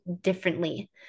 differently